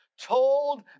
told